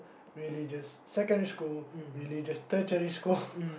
religious secondary school religious tertiary school